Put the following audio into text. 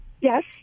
Yes